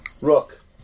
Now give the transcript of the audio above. Rook